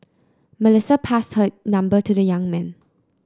Melissa passed her number to the young man